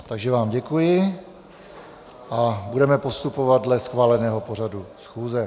Takže vám děkuji a budeme postupovat dle schváleného pořadu schůze.